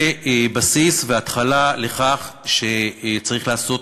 זה בסיס והתחלה לכך שצריך לעשות